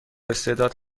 استعداد